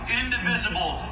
indivisible